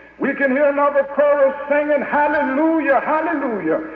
we can hear another chorus singing and hallelujah, hallelujah!